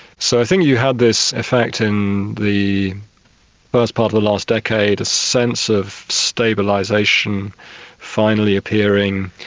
so i think you had this effect in the first part of the last decade, a sense of stabilisation finally appearing,